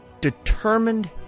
determined